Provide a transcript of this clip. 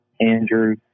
Andrew